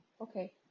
Okay